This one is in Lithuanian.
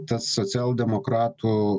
tas socialdemokratų